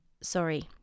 sorry